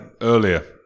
earlier